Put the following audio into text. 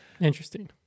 Interesting